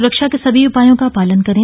सुरक्षा के सभी उपायों का पालन करें